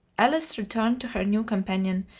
alice returned to her new companion,